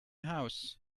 house